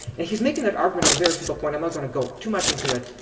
and he's making that argument on various but point, i'm not going to go too much into it,